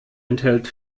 enthält